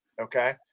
Okay